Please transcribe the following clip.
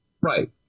Right